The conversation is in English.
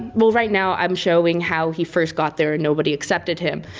well right now i'm showing how he first got there and nobody accepted him.